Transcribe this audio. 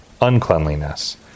uncleanliness